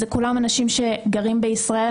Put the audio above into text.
כולם אנשים שגרים בישראל,